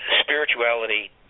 spirituality